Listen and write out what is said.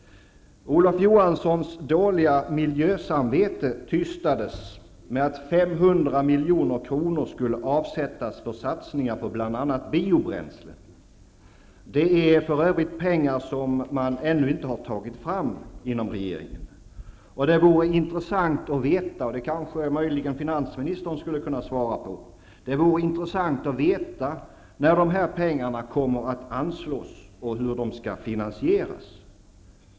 Olof Johanssons dåliga miljösamvete tystades med att 500 milj.kr. skulle avsättas för satsningar på bl.a. biobränslen. Det är för övrigt pengar som regeringen ännu inte har tagit fram. Det vore intressant att veta -- finansministern kan möjligen svara på det -- när dessa pengar kommer att anslås och hur de då skall finansieras.